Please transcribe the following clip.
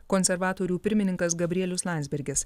konservatorių pirmininkas gabrielius landsbergis